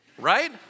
right